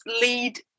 lead